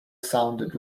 sounded